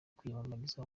kwiyamamariza